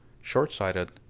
Short-sighted